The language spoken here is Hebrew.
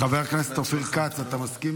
חבר הכנסת אופיר כץ, אתה מסכים